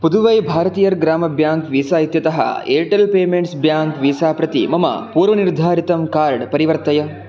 Puduvai Bharathiar Grama bank visa इत्यतः Airtel payments bank visa प्रति मम पूर्वनिर्धारितं कार्ड् परिवर्तय